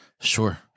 Sure